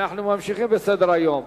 אנחנו ממשיכים בסדר-היום: